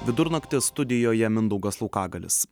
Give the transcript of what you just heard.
vidurnaktį studijoje mindaugas laukagalius